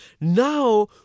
Now